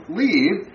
leave